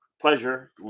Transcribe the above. Pleasure